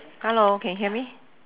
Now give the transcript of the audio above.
hello can hear me